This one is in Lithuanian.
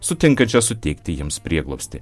sutinkančią suteikti jiems prieglobstį